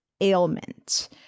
ailment